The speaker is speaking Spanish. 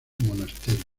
monasterio